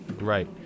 Right